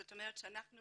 זאת אומרת שאנחנו